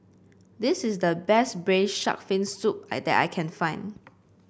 this is the best braise shark fin soup I that I can find